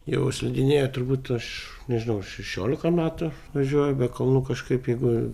jau slidinėju turbūt aš nežinau šešiolika metų važiuoju be kalnų kažkaip jeigu